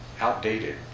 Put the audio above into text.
outdated